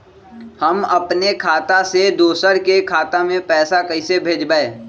हम अपने खाता से दोसर के खाता में पैसा कइसे भेजबै?